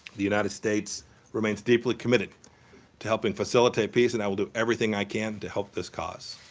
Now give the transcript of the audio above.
the united states remains deeply committed to helping facilitate peace, and i will do everything i can to help this cause.